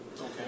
Okay